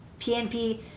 PNP